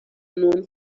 known